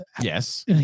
Yes